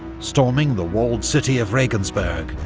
storming the walled city of regensburg,